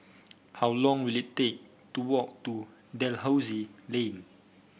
how long will it take to walk to Dalhousie Lane